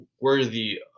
worthy